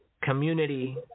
community